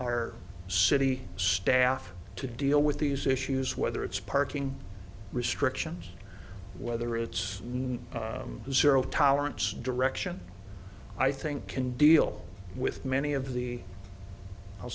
our city staff to deal with these issues whether it's parking restrictions whether it's zero tolerance direction i think can deal with many of the i'll